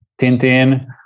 Tintin